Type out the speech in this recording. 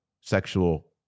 sexual